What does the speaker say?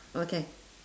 okay